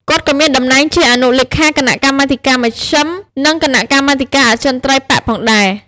គាត់ក៏មានតំណែងជា អនុលេខាគណៈកម្មាធិការមជ្ឈិម និងគណៈកម្មាធិការអចិន្ត្រៃយ៍បក្ស ផងដែរ ។